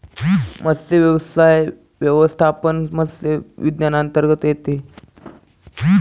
मत्स्यव्यवसाय व्यवस्थापन मत्स्य विज्ञानांतर्गत येते